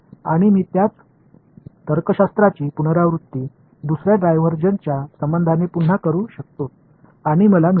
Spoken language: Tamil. அதே வேறுபாட்டை இரண்டாவது டைவர்ஜன்ஸ் உறவோடு நான் மீண்டும் செய்ய முடியும்